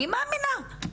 אני מאמינה,